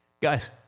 Guys